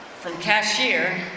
from cashier,